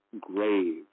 grave